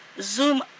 zoom